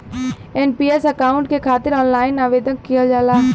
NPS account के खातिर online आवेदन किहल जाला